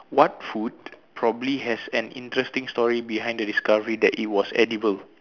what food probably has an interesting story behind the discovery that it was edible